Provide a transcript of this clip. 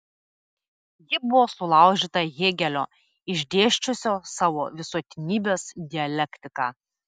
ji buvo sulaužyta hėgelio išdėsčiusio savo visuotinybės dialektiką